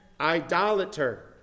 idolater